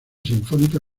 sinfónica